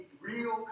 real